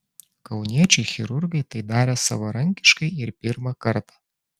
kauniečiai chirurgai tai darė savarankiškai ir pirmą kartą